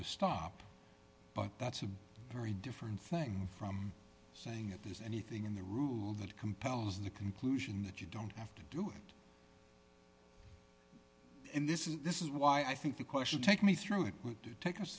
to stop but that's a very different thing from saying it there's anything in the rules that compels the conclusion that you don't have to do it in this is this is why i think the question take me through it would do take us